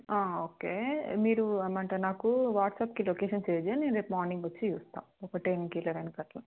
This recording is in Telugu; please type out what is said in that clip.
ఓకే మీరు ఏమంటారు నాకు వాట్సాప్కి లొకేషన్ షేర్ చేయి నేను రేపు మార్నింగ్ వచ్చి చూస్తాను ఒక టెన్కి లెవెన్కి అట్లా